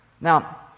Now